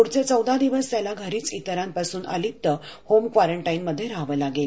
पुढचे चौदा दिवस त्याला घरीच इतरांपासून अलिप होम क्वारंटाईनमध्ये राहावे लागेल